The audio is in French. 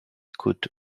côtes